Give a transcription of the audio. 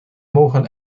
mogen